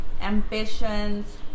ambitions